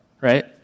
right